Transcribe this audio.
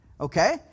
Okay